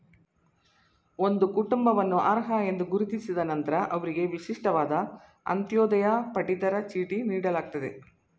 ಒಂದು ಕುಟುಂಬವನ್ನು ಅರ್ಹ ಎಂದು ಗುರುತಿಸಿದ ನಂತ್ರ ಅವ್ರಿಗೆ ವಿಶಿಷ್ಟವಾದ ಅಂತ್ಯೋದಯ ಪಡಿತರ ಚೀಟಿ ನೀಡಲಾಗ್ತದೆ